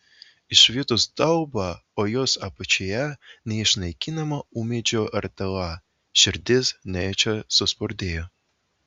išvydus daubą o jos apačioje neišnaikinamą ūmėdžių ratilą širdis nejučia suspurdėjo